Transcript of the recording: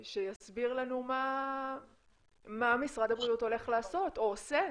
שיסביר לנו מה משרד הבריאות הולך לעשות או עושה,